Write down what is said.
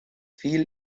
fiel